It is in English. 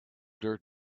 dirt